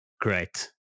great